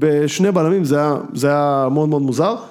ושני בלמים זה היה, זה היה ‫מאוד מאוד מוזר.